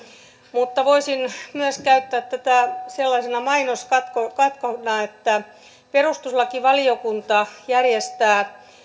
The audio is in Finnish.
mutta voisin myös käyttää tätä sellaisena mainoskatkona että perustuslakivaliokunta järjestää